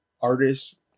artists